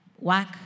work